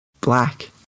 black